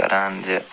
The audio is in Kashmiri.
کران زِ